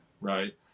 Right